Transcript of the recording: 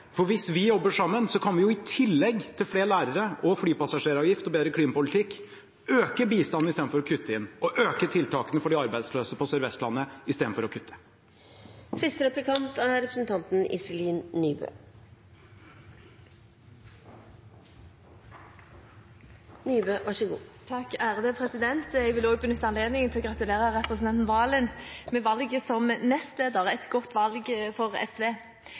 For hvis vi jobber sammen, kan vi jo i tillegg til flere lærere, flypassasjeravgift og bedre klimapolitikk øke bistanden istedenfor å kutte i den og øke tiltakene for de arbeidsløse på Sør-Vestlandet istedenfor å kutte. Jeg vil også benytte anledningen til å gratulere representanten Serigstad Valen med valget som nestleder – et godt valg for SV.